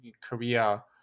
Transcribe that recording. Korea